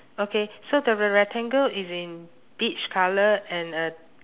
okay so the re~ rectangle is in peach colour and uh